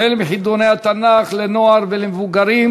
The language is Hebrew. החל בחידוני התנ"ך לנוער ולמבוגרים,